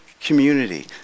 community